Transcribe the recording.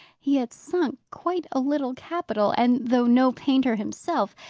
he had sunk quite a little capital and, though no painter himself,